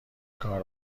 کار